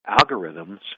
algorithms